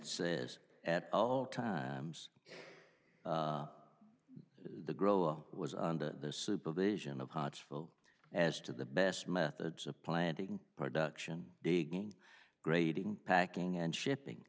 says at all times the gro was under the supervision of heartful as to the best methods of planting production digging grading packing and shipping